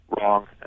wrong